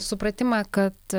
supratimą kad